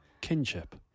kinship